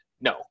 No